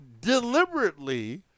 deliberately